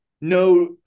no